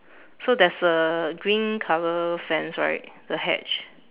so there's a green colour fence right the hedge